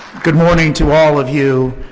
good morning to all of you,